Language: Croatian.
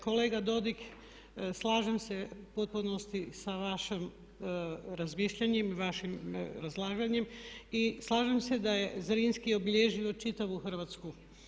Kolega Dodig slažem se u potpunosti sa vašim razmišljanjem i vašim izlaganjem i slažem se da je Zrinski obilježio čitavu Hrvatsku.